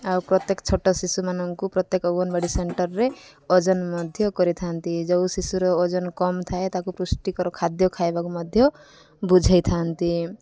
ଆଉ ପ୍ରତ୍ୟେକ ଛୋଟ ଶିଶୁମାନଙ୍କୁ ପ୍ରତ୍ୟେକ ଅଙ୍ଗନୱାଡ଼ି ସେଣ୍ଟର୍ରେ ଓଜନ ମଧ୍ୟ କରିଥାନ୍ତି ଯେଉଁ ଶିଶୁର ଓଜନ କମ୍ ଥାଏ ତାକୁ ପୃଷ୍ଟିକର ଖାଦ୍ୟ ଖାଇବାକୁ ମଧ୍ୟ ବୁଝେଇଥାନ୍ତି